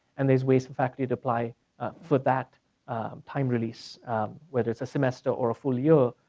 and there's ways for faculty to apply for that time release whether it's a semester or full year,